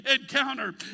encounter